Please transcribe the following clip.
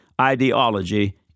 ideology